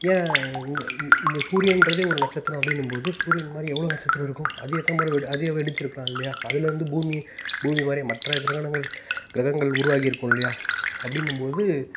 ஏன் இந்த இந்த சூரியங்றதே ஒரு நட்சத்திரம் அப்படின்னும்போது சூரியன் மாதிரி எவ்வளோ நட்சத்திரம் இருக்கும் அது எத்தனை முறை அது வெடித்து இருக்கலாம்லேய அதுலிருந்து பூமி பூமி மாதிரி மற்ற கிரகணங்கள் கிரகங்கள் உருவாகியிருக்குமில்லயா அப்படிங்கும்போது